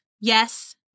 Yes